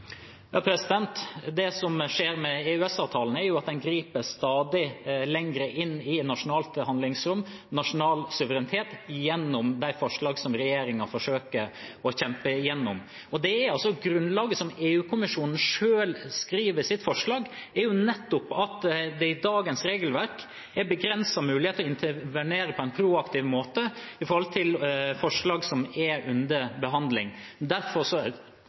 Det som skjer med EØS-avtalen, er jo at en griper stadig lenger inn i nasjonalt handlingsrom, nasjonal suverenitet, gjennom de forslag som regjeringen forsøker å kjempe igjennom. Grunnlaget, det EU-kommisjonen selv skriver i sitt forslag, er nettopp at det i dagens regelverk er begrenset mulighet til å intervenere på en proaktiv måte når det gjelder forslag som er under behandling. Derfor ønsker en nye regler på plass for alle de tjenestene, med mindre de er